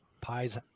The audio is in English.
pies